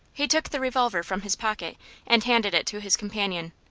he took the revolver from his pocket and handed it to his companion.